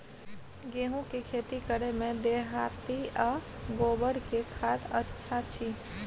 गेहूं के खेती करे में देहाती आ गोबर के खाद अच्छा छी?